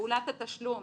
פעולת התשלום,